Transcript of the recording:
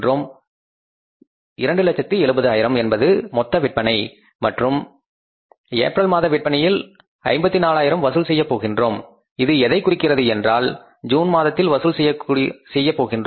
270000 என்பது மொத்தவிற்பனை மற்றும் மறுபடியும் இங்கே டாலர் மதிப்பை எழுதுகின்றோம் எனவே இது டாலரில் வசூலிப்பதை குறிக்கின்றது மற்றும் ஏப்ரல் மாத விற்பனையில் 54000 வசூல் செய்யப் போகின்றோம் இது எதை குறிக்கிறது என்றால் ஜூன் மாதத்தில் வசூல் செய்யப் போகின்றோம்